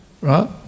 right